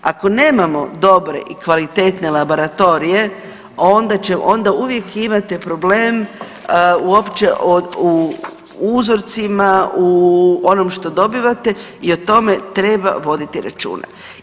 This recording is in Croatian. Ako nemamo dobre i kvalitetne laboratorije onda uvijek imate problem uopće u uzorcima u onome što dobivate i o tome treba voditi računa.